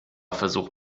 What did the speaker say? versuch